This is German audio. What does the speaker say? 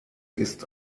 ist